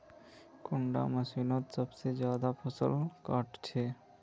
कुंडा मशीनोत सबसे ज्यादा फसल काट छै?